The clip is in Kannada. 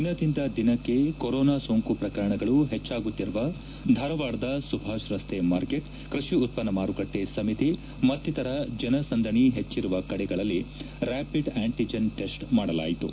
ದಿನದಿಂದ ದಿನಕ್ಕೆ ಕೊರೋನಾ ಸೋಂಕು ಪ್ರಕರಣಗಳು ಹೆಚ್ಚಾಗುತ್ತಿರುವ ಧಾರವಾಡದ ಸುಭಾಷ್ ರಸ್ತೆ ಮಾರ್ಕೆಟ್ ಕೃಷಿ ಉತ್ತನ್ನ ಮಾರುಕಟ್ಲೆ ಸಮಿತಿ ಮತ್ತಿತರ ಜನಸಂದಣಿ ಹೆಚ್ಲಿರುವ ಕಡೆಗಳಲ್ಲಿ ರ್ಸಾಪಿಡ್ ಆಂಟಜನ್ ಟೆಸ್ಟ್ ಮಾಡಲಾಯಿತು